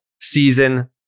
season